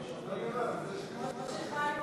לוועדת העבודה,